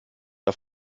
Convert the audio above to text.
auf